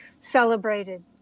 celebrated